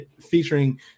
featuring